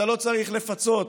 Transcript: אתה לא צריך לפצות